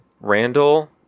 Randall